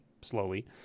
slowly